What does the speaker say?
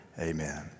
Amen